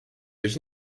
durch